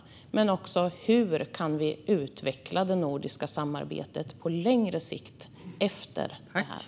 Jag undrar också: Hur kan vi utveckla det nordiska samarbetet på längre sikt efter detta?